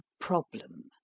problem